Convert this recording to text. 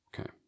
Okay